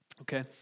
Okay